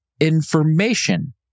information